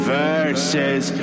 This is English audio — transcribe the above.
verses